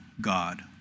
God